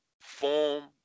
form